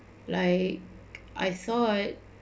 like I thought